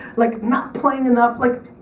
like not playing enough. like,